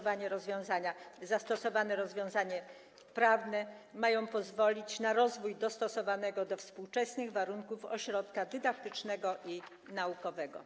Wprowadzane rozwiązania prawne mają pozwolić na rozwój dostosowanego do współczesnych warunków ośrodka dydaktycznego i naukowego.